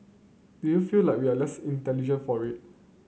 do you feel like we are less intelligent for it